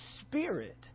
spirit